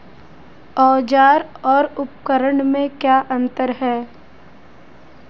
औज़ार और उपकरण में क्या अंतर है?